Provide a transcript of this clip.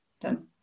done